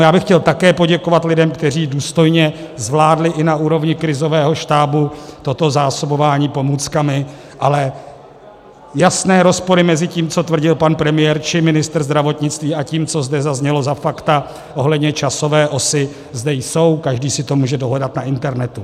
Já bych chtěl také poděkovat lidem, kteří důstojně zvládli i na úrovni krizového štábu toto zásobování pomůckami, ale jasné rozpory mezi tím, co tvrdil pan premiér či ministr zdravotnictví, a tím, co zde zaznělo za fakta ohledně časové osy, zde jsou, každý si to může dohledat na internetu.